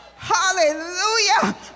Hallelujah